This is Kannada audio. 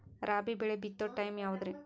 ರಾಬಿ ಬೆಳಿ ಬಿತ್ತೋ ಟೈಮ್ ಯಾವದ್ರಿ?